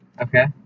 Okay